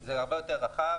זה הרבה יותר רחב.